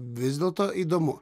vis dėlto įdomu